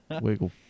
Wiggle